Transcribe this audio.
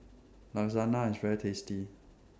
Lasagne IS very tasty